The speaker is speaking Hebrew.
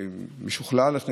שהוא משוכלל, חכם.